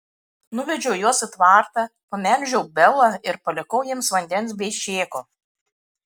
nuvedžiau juos į tvartą pamelžiau belą ir palikau jiems vandens bei šėko